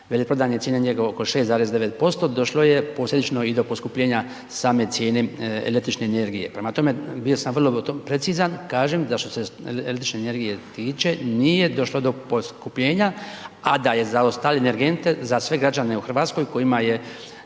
veleprodajne cijene negdje oko 6,9% došlo je posljedično i do poskupljenja same cijene električne energije. Prema tome, bio sam vrlo precizan, kažem da što se električne energije tiče, nije došlo do poskupljenja, a da je za ostale energente za sve građane u RH kojima je